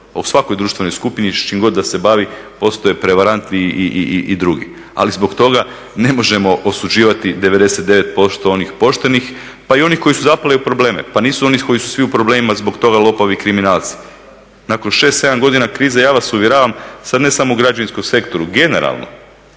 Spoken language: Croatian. U svakoj društvenoj skupini s čim god da se bavi postoje prevaranti i drugi. Ali zbog toga ne može osuđivati 99% onih poštenih pa i onih koji su zapeli u problem. pa nisu oni koji su svi u problemima zbog toga lopovi i kriminalci. Nakon 6, 7 godina krize ja vas uvjeravam sada ne samo u građevinskom sektoru generalno